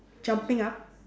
jumping up